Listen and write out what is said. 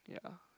yeah